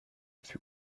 fut